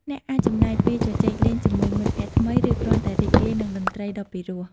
អ្នកអាចចំណាយពេលជជែកលេងជាមួយមិត្តភក្តិថ្មី ឬគ្រាន់តែរីករាយនឹងតន្ត្រីដ៏ពីរោះ។